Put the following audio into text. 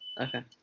Okay